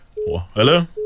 hello